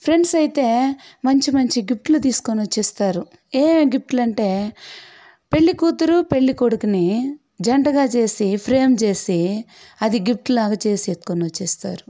friends అయితే మంచి మంచి గిఫ్ట్లు తీసుకుని వచ్చి ఇస్తారు ఏమేమి గిఫ్ట్లంటే పెళ్లికూతురు పెళ్ళికొడుకుని జంటగా చేసి ఫ్రేమ్ చేసి అది గిఫ్ట్లాగా చేసి ఎత్తుకొని వచ్చి ఇస్తారు